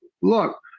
look